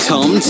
Tom